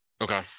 Okay